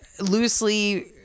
loosely